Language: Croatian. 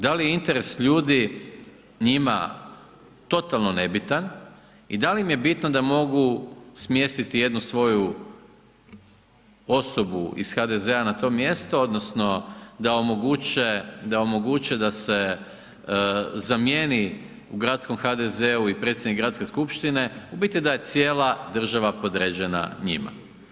Da li je interes ljudi njima totalno nebitan i da li im je bitno da mogu smjestiti jednu svoju osobu iz HDZ-a na to mjesto, odnosno da omoguće da se zamjeni u gradskom HDZ-u i predsjednik Gradske skupštine, u biti da je cijela država podređena njima.